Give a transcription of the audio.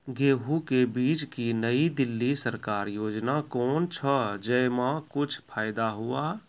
गेहूँ के बीज की नई दिल्ली सरकारी योजना कोन छ जय मां कुछ फायदा हुआ?